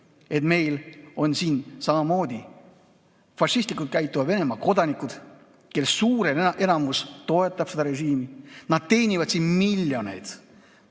et meil on siin samamoodi fašistlikult käituva Venemaa kodanikud, kellest suur enamus toetab seda režiimi, nad teenivad siin miljoneid.